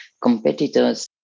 competitors